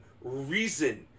reason